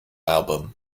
album